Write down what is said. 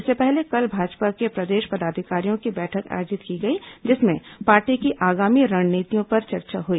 इससे पहले कल भाजपा के प्रदेश पदाधिकारियों की बैठक आयोजित की गई जिसमें पार्टी की आगामी रणनीतियों पर चर्चा हुई